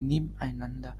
nebeneinander